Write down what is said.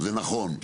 זה נכון,